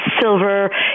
silver